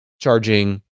charging